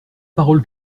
parole